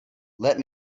let